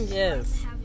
Yes